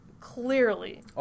clearly